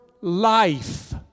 life